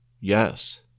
Yes